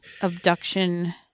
Abduction-